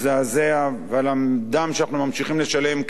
ועל הדם שאנחנו ממשיכים לשלם כנגד פיגועים,